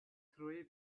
three